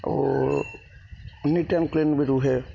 O neat and clean ବି ରୁହେ